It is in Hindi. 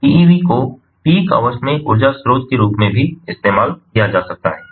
पीईवी को पीक ऑवर्स में ऊर्जा स्रोत के रूप में भी इस्तेमाल किया जा सकता है